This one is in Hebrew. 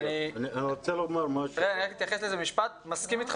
אני מאוד מסכים אתך